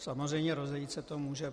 Samozřejmě rozejít se to může.